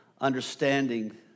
understanding